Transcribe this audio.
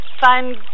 find